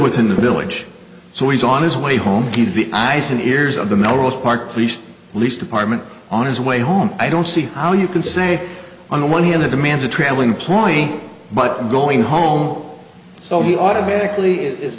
within the village so he's on his way home he's the eyes and ears of the most part police police department on his way home i don't see how you can say on the one hand the demands of travelling employee but going home so he automatically is